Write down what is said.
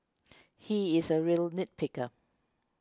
he is a real nit picker